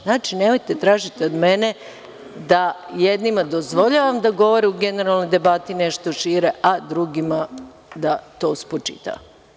Znači, nemojte da tražite od mene da jednima dozvoljavam da govore u generalnoj debati nešto šire, a drugima da to spočitavam.